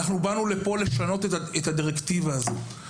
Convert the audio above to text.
אנחנו באנו לכאן כדי לשנות את הדירקטיבה הזאת.